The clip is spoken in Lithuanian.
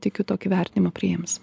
tikiu tokį vertinimą priims